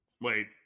Wait